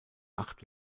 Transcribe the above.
acht